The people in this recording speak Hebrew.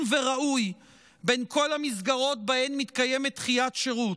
וראוי בין כל המסגרות שבהן מתקיימת דחיית שירות,